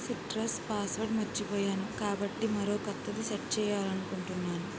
citrus password మర్చిపోయాను కాబట్టి మరో కొత్తది సెట్ చేయాలనుకుంటున్నాను